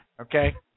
Okay